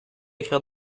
écrire